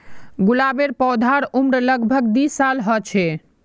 गुलाबेर पौधार उम्र लग भग दी साल ह छे